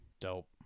dope